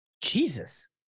Jesus